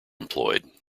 employed